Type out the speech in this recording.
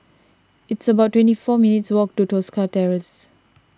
it's about twenty four minutes' walk to Tosca Terrace